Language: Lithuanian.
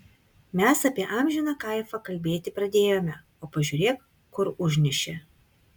mes apie amžiną kaifą kalbėti pradėjome o pažiūrėk kur užnešė